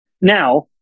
Now